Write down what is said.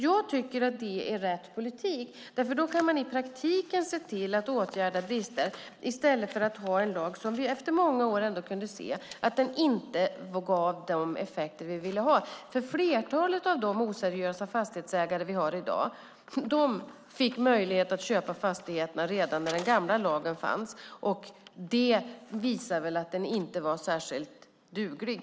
Jag tycker att det är rätt politik, för då kan man i praktiken se till att åtgärda brister i stället för att ha en lag där vi efter många år kunde se inte gav de effekter vi ville ha. Flertalet av de oseriösa fastighetsägare vi har i dag fick ju möjlighet att köpa fastigheterna redan när den gamla lagen fanns, och det visar väl att den inte var särskilt duglig.